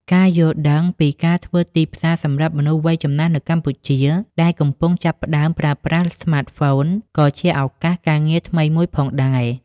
ការយល់ដឹងពីការធ្វើទីផ្សារសម្រាប់មនុស្សវ័យចំណាស់នៅកម្ពុជា ដែលកំពុងចាប់ផ្តើមប្រើប្រាស់ស្មាតហ្វូន ក៏ជាឱកាសការងារថ្មីមួយផងដែរ។